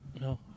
No